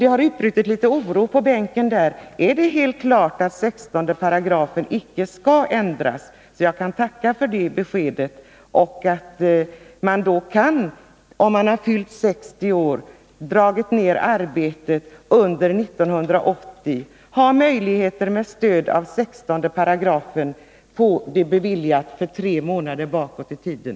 Det har utbrutit litet oro på bänken: Är det klart att 16 § icke skall ändras, så att jag kan tacka för beskedet? Om man har fyllt 60 år och under 1980 har dragit ned arbetstiden, skulle man med stöd av 16 § få delpension beviljad med början tre månader tillbaka i tiden.